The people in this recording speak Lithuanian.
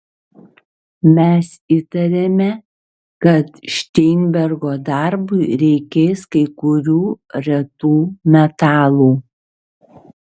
mes įtarėme kad šteinbergo darbui reikės kai kurių retų metalų